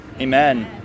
Amen